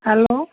hello